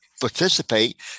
participate